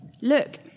look